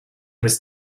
was